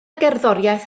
gerddoriaeth